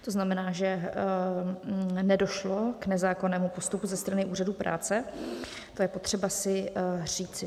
To znamená, že nedošlo k nezákonnému postupu ze strany Úřadu práce, to je potřeba si říci.